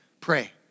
Pray